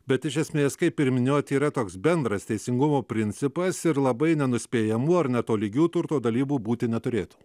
bet iš esmės kaip ir minėjot yra toks bendras teisingumo principas ir labai nenuspėjamų ar netolygių turto dalybų būti neturėtų